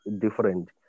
different